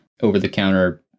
over-the-counter